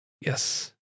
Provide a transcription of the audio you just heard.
Yes